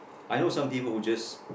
I know some people would just